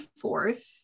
fourth